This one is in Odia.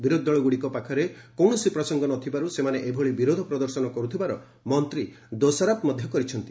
ବିରୋଧୀଦଳ ଗୁଡ଼ିକ ପାଖରେ କୌଣସି ପ୍ରସଙ୍ଗ ନଥିବାରୁ ସେମାନେ ଏଭଳି ବିରୋଧ ପ୍ରଦର୍ଶନ କରୁଥିବାର ମନ୍ତ୍ରୀ ଦୋଷାରୋପ କରିଛନ୍ତି